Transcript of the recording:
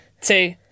two